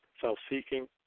self-seeking